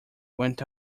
went